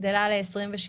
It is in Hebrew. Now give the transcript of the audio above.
גדלה ל-26%.